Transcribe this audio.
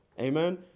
Amen